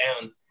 down